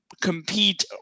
compete